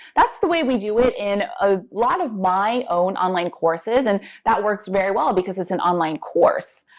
that's the way we do it in a lot of my own online courses. and that works very well because it's an online course.